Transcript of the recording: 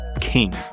king